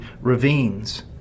ravines